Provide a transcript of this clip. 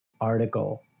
article